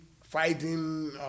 fighting